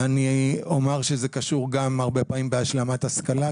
הרבה פעמים זה קשור גם בהשלמת השכלה,